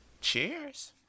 Cheers